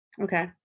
Okay